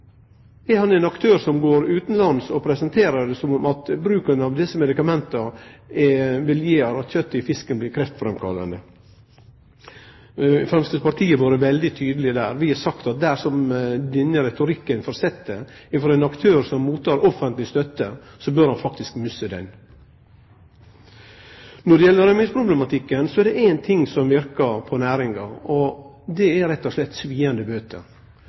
er, og ein skal løyse problemet, så er han ein aktør som går utanlands og presenterer det som at bruken av desse medikamenta vil gjere at kjøttet i fisken vil bli kreftframkallande. Framstegspartiet har vore veldig tydelege der. Vi har sagt at dersom denne retorikken fortset frå ein aktør som mottek offentleg støtte, bør han faktisk miste ho. Når det gjeld rømmingsproblematikken, er det ein ting som verkar på næringa, og det er